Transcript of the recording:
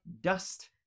dust